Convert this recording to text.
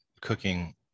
cooking